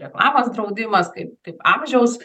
reklamos draudimas kaip kaip amžiaus